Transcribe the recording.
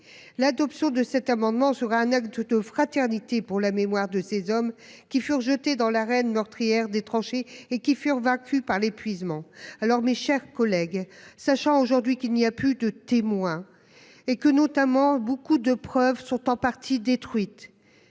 l'adoption de cet amendement sera un acte toute fraternité pour la mémoire de ces hommes qui furent jetés dans l'arène meurtrière des tranchées et qui furent vaincus par l'épuisement. Alors, mes chers collègues sachant aujourd'hui qu'il n'y a plus de témoins. Et que notamment beaucoup de preuves sont en partie détruites.